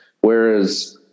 Whereas